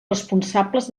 responsables